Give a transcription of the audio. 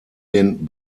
den